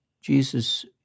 Jesus